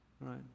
right